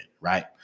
right